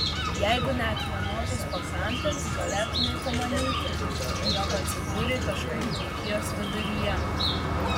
jeigu ne akmenuotos pakrantės galėtumei pamanyti jog atsidūrei kažkur dzūkijos viduryje